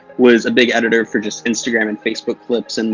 was a big editor for just instagram and facebook clips, and